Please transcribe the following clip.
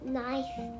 nice